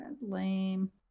Lame